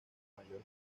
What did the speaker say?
mayor